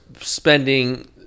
spending